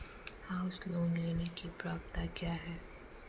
House loan लेने की पात्रता क्या है?